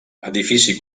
edifici